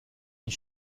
این